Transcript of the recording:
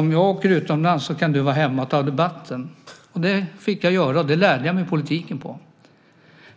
Om jag åker utomlands, sade Lennart, kan du vara hemma och ta debatten. Det fick jag göra, och det lärde jag mig politiken på.